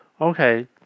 Okay